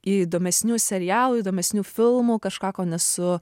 įdomesnių serialų įdomesnių filmų kažką ko nesu